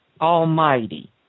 almighty